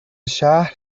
شهر